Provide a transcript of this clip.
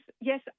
yes